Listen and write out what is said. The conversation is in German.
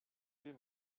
viel